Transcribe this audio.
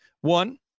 One